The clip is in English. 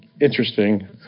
interesting